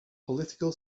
political